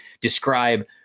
describe